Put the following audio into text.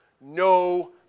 no